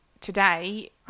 today